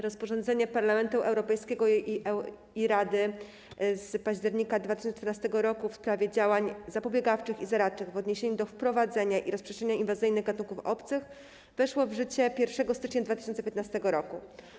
Rozporządzenie Parlamentu Europejskiego i Rady z października 2014 r. w sprawie działań zapobiegawczych i zaradczych w odniesieniu do wprowadzania i rozprzestrzeniania inwazyjnych gatunków obcych weszło w życie 1 stycznia 2015 r.